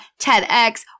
TEDx